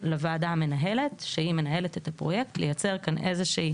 לוועדה המנהלת שהיא מנהלת את הפרויקט לייצר כאן איזה שהיא